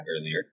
Earlier